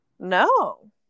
No